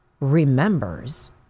remembers